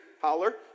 Holler